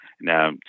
Now